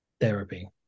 therapy